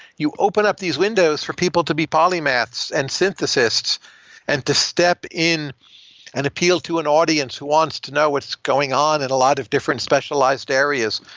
you open up these windows for people to be polymaths and synthesists and to step in an appeal to an audience who wants to know what's going on in a lot of different specialized areas.